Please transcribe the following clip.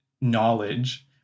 knowledge